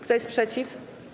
Kto jest przeciw?